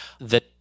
that-